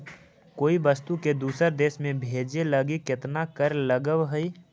कोई वस्तु के दूसर देश में भेजे लगी केतना कर लगऽ हइ?